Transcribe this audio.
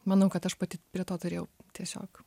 manau kad aš pati prie to turėjau tiesiog